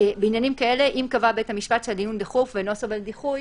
בעניינים כאלה אם קבע בית המשפט שהדיון דחוף ואינו סובל דיחוי,